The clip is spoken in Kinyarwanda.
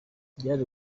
byari